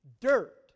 dirt